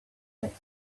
next